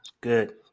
Good